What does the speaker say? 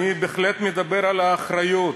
אני בהחלט מדבר על האחריות.